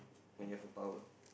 when you have a power